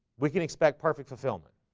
we can expect perfect fulfillment.